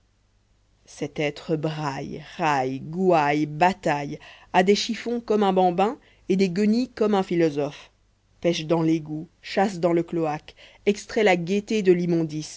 cet être braille raille gouaille bataille a des chiffons comme un bambin et des guenilles comme un philosophe pêche dans l'égout chasse dans le cloaque extrait la gaîté de